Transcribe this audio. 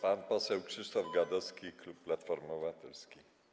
Pan poseł Krzysztof Gadowski, klub Platformy Obywatelskiej.